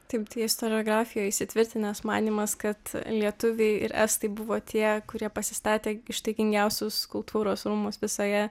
taip tai istoriografijoj įsitvirtinęs manymas kad lietuviai ir estai buvo tie kurie pasistatė ištaigingiausius kultūros rūmus visoje